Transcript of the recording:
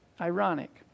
ironic